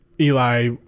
eli